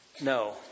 No